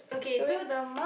showing